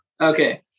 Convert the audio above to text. Okay